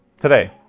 Today